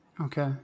Okay